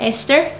Esther